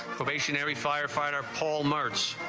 every firefighter paul marks